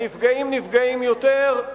הנפגעים נפגעים יותר,